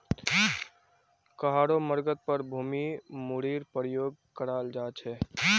कहारो मर्गत पर भी मूरीर प्रयोग कराल जा छे